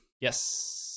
Yes